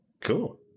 Cool